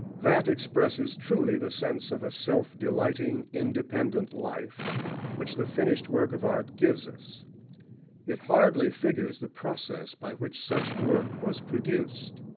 that expresses truly the sense of a self-delighting, independent life which the finished work of art gives us it hardly figures the process by which such work was produced.